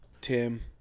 Tim